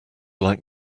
like